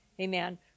Amen